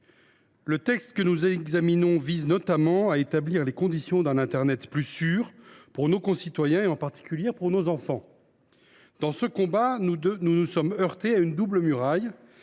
le présent texte vise à établir les conditions d’un internet plus sûr pour nos concitoyens, en particulier pour nos enfants. Dans ce combat, nous nous sommes heurtés à une double muraille